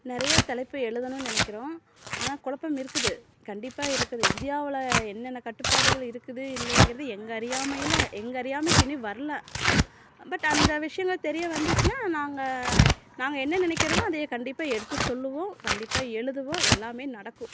நிறையா தலைப்பு எழுதணும்ன் நினைக்கிறோம் ஆனால் குழப்பம் இருக்குது கண்டிப்பாக இருக்குது இந்தியாவில் என்னென்ன கட்டுப்பாடுகள் இருக்குது இல்லைங்கிறது எங்கள் அறியாமையில் எங்கள் அறியாமைக்கு இன்னு வரல பட் அந்த விஷியங்கள் தெரிய வந்துச்சுனால் நாங்கள் நாங்கள் என்ன நினைக்கிறோமோ அதை கண்டிப்பாக எடுத்து சொல்லுவோம் கண்டிப்பாக எழுதுவோம் எல்லாமே நடக்கும்